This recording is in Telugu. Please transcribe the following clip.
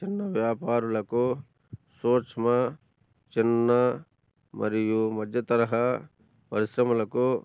చిన్న వ్యాపారులకు సూక్ష్మ చిన్న మరియు మధ్యతరహా వరిశ్రమలకు